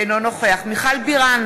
בעד מיכל בירן,